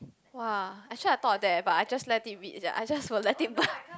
!wah! actually I thought of that leh but I just let it read I just let it but